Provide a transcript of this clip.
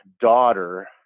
daughter